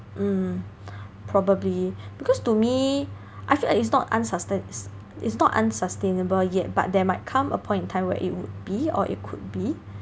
mm probably because to me I feel like it's not unsusta~ is not unsustainable yet but there might come a point in time where it would be or it could be